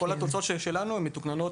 כל התוצאות שלנו מתוקננות.